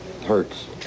hurts